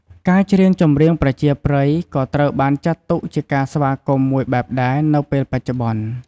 ការច្រៀងចម្រៀងប្រជាប្រិយ ក៏ត្រូវបានចាត់ទុកជាការស្វាគមន៍មួយបែបដែរនៅពេលបច្ចុប្បន្ន។